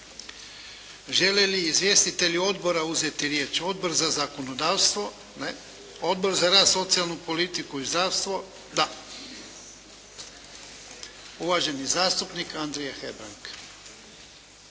Žele li izvjestitelji odbora uzeti riječ? Odbor za zakonodavstvo? Ne. Odbor za rad, socijalnu politiku i zdravstvo? Da. Uvaženi zastupnik Andrija Hebrang.